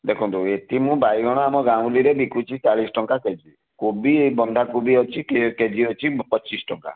ଦେଖନ୍ତୁ ଏଠି ମୁଁ ବାଇଗଣ ଆମ ଗାଉଁଲିରେ ବିକୁଛି ଚାଳିଶ୍ ଟଙ୍କା କେଜି କୋବି ଏ ବନ୍ଧା କୋବି ଅଛି କେଜି ଅଛି ପଚିଶ ଟଙ୍କା